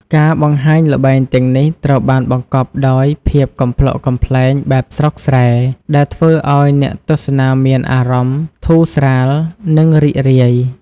ការបង្ហាញល្បែងទាំងនេះត្រូវបានបង្កប់ដោយ ភាពកំប្លុកកំប្លែងបែបស្រុកស្រែ ដែលធ្វើឲ្យអ្នកទស្សនាមានអារម្មណ៍ធូរស្រាល និងរីករាយ។